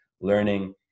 learning